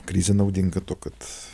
krizė naudinga tuo kad